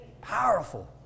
Powerful